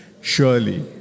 Surely